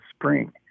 spring